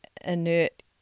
inert